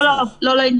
לא,